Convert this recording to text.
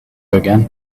again